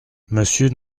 monsieur